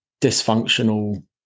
dysfunctional